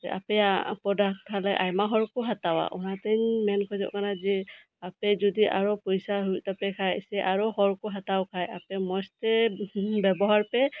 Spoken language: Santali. ᱟᱯᱮᱭᱟᱜ ᱯᱨᱳᱰᱟᱠᱴ ᱛᱟᱞᱦᱮ ᱟᱭᱢᱟ ᱦᱚᱲ ᱠᱚ ᱦᱟᱛᱟᱣᱟ ᱚᱱᱟᱛᱤᱧ ᱢᱮᱱ ᱠᱷᱚᱡᱚᱜ ᱠᱟᱱᱟ ᱡᱮ ᱟᱯᱮ ᱡᱩᱫᱤ ᱟᱨᱚ ᱯᱚᱭᱥᱟ ᱦᱩᱭᱩᱜ ᱛᱟᱯᱮ ᱠᱷᱟᱱ ᱥᱮ ᱟᱨᱚ ᱦᱚᱲ ᱠᱚ ᱦᱟᱛᱟᱣ ᱠᱷᱟᱱ ᱟᱯᱮ ᱢᱚᱸᱡᱽ ᱛᱮ ᱵᱮᱵᱚᱦᱟᱨ ᱯᱮ